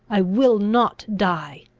i will not die!